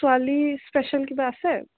ছোৱালী স্পেচিয়েল কিবা আছে